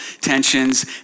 tensions